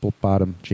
bottom